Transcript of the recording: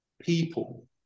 people